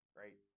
right